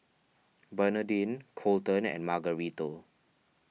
Bernardine Coleton and Margarito